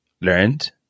learned